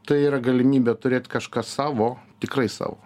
tai yra galimybė turėt kažką savo tikrai savo